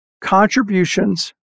contributions